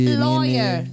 Lawyer